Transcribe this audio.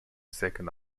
second